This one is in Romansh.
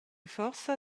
forsa